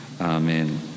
Amen